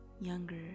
younger